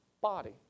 body